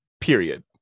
period